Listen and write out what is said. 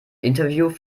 interview